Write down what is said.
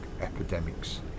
epidemics